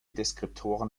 deskriptoren